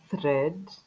thread